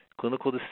clinical